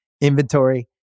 inventory